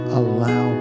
allow